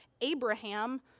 Abraham